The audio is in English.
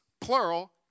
plural